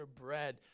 bread